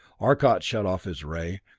arcot shut off his ray,